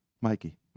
Mikey